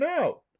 out